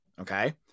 Okay